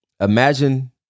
imagine